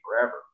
forever